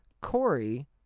Corey